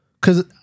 Cause